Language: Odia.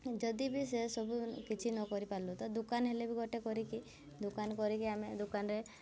ଯଦି ବି ସେ ସବୁ କିଛି ନ କରିପାରିଲୁ ତ ଦୋକାନ ହେଲେ ବି ଗୋଟେ କରିକି ଦୋକାନ କରିକି ଆମେ ଦୋକାନରେ